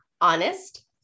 Honest